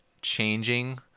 changing